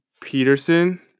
Peterson